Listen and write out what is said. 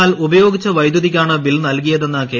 എന്നാൽ ഉപ്പ്യോഗിച്ച വൈദ്യുതിക്കാണ് ബിൽ നൽകിയ്ട്രത്തെന്ന് കെ